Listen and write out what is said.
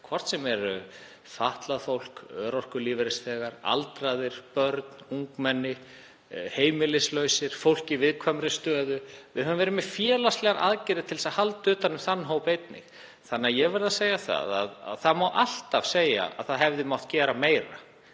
hvort sem það er fatlað fólk, örorkulífeyrisþegar, aldraðir, börn, ungmenni, heimilislausir, fólk í viðkvæmri stöðu. Við höfum verið með félagslegar aðgerðir til þess að halda utan um þann hóp einnig. Það má alltaf segja að það hefði mátt gera meira